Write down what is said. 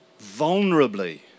vulnerably